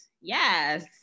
Yes